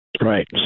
Right